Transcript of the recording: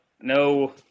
no